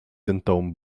denton